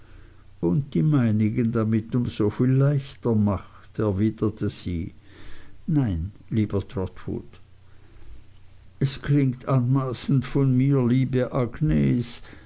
und die meinigen damit um soviel leichter macht erwiderte sie nein lieber trotwood es klingt anmaßend von mir liebe agnes